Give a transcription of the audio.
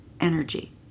energy